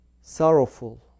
sorrowful